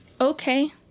Okay